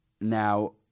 now